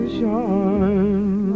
shine